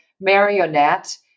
marionette